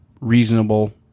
reasonable